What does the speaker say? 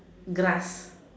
grass